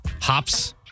Hops